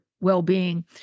well-being